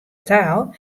taal